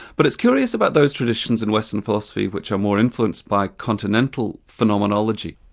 but it's curious about those traditions in western philosophy which are more influenced by continental phenomenonology.